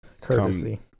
courtesy